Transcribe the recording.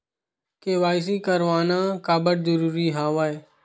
KYC करवाना काबर जरूरी हवय?